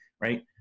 right